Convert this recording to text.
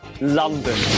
London